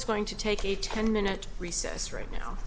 is going to take a ten minute recess right now